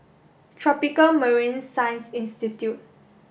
Tropical Marine Science Institute